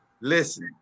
Listen